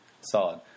Solid